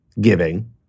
giving